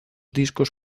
discos